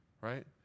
Right